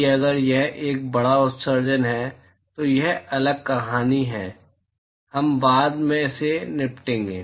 कि अगर यह एक बड़ा उत्सर्जन है तो यह एक अलग कहानी है हम बाद में इससे निपटेंगे